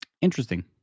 Interesting